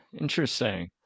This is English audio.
interesting